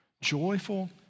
Joyful